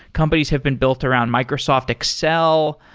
companies have been built around microsoft excel.